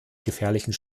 gefährlichen